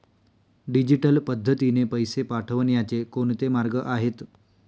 Digital पद्धतीने पैसे पाठवण्याचे कोणते मार्ग आहेत?